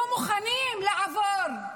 הם ויתרו, היו מוכנים לעבור.